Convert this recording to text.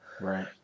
Right